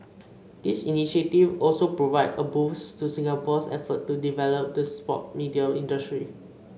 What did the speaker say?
this initiative also provide a boost to Singapore's efforts to develop the sports media industry